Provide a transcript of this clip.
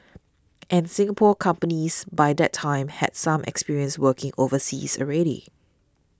and Singapore companies by that time had some experience working overseas already